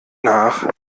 nach